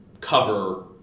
cover